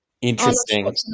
Interesting